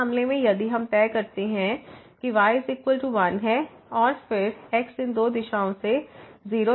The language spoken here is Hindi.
तो इस मामले में यदि हम तय करते हैं कि y 1 है और फिर x इन दो दिशाओं से 0 तक पहुंच रहा है